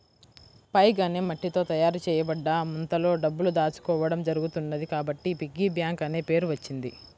pig అనే మట్టితో తయారు చేయబడ్డ ముంతలో డబ్బులు దాచుకోవడం జరుగుతున్నది కాబట్టి పిగ్గీ బ్యాంక్ అనే పేరు వచ్చింది